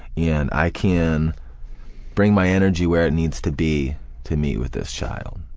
and i can bring my energy where it needs to be to meet with this child,